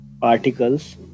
particles